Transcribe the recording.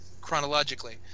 chronologically